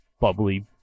bubbly